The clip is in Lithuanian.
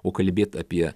o kalbėt apie